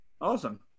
Awesome